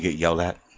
yell at